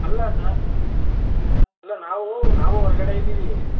ಅಲ್ಲ ಸರ್ ಅಲ್ಲ ನಾವೂ ನಾವೂ ಹೊರ್ಗಡೆ ಇದ್ದೀವಿ